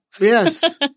Yes